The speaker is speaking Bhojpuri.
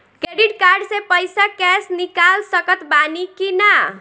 क्रेडिट कार्ड से पईसा कैश निकाल सकत बानी की ना?